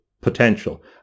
potential